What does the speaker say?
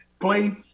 play